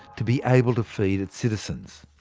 to be able to feed its citizens.